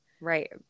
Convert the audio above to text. right